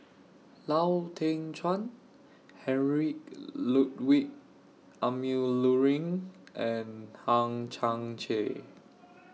Lau Teng Chuan Heinrich Ludwig Emil Luering and Hang Chang Chieh